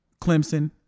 Clemson